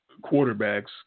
quarterbacks